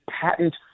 patent